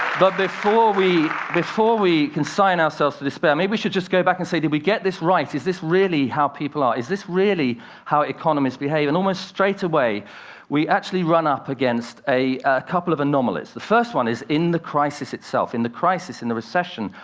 but before we before we consign ourselves to despair, maybe we should just go back and say, did we get this right? is this really how people are? is this really how economies behave? and almost straightaway we actually run up against a couple of anomalies. the first one is in the crisis itself. in the crisis, in the recession,